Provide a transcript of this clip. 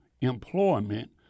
employment